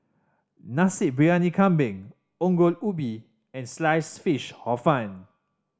Nasi Briyani Kambing Ongol Ubi and Sliced Fish Hor Fun